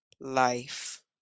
life